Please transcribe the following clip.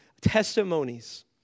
testimonies